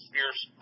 Fierce